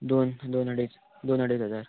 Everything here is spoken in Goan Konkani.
दोन दोन अडेज दोन अडेज हजार